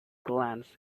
glance